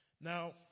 Now